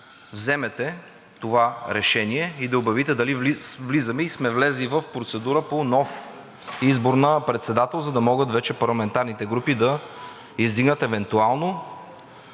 вземете това решение и да обявите дали влизаме и сме влезли в процедура по нов избор на председател, за да могат вече парламентарните групи да издигнат евентуално